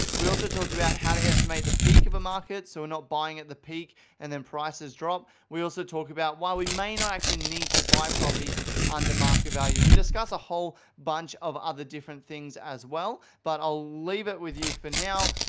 we also talk about how to estimate the peak of a market, so we're not buying at the peak and then prices drop. we also talk about why we may not actually need to buy properties under market value. we discuss a whole bunch of other different things as well, but i'll leave it with you for now.